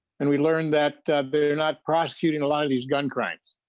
and we learned that they're not prosecuted a lot of these gun crimes.